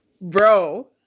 Bro